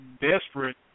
desperate